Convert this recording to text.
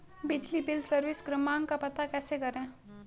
बिजली bill service क्रमांक का पता कैसे करें?